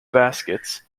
baskets